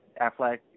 Affleck